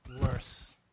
worse